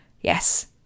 Yes